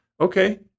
Okay